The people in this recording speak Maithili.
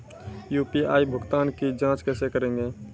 यु.पी.आई भुगतान की जाँच कैसे करेंगे?